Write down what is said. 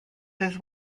his